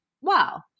wow